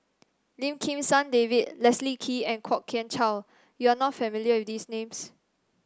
Lim Kim San David Leslie Kee and Kwok Kian Chow you are not familiar with these names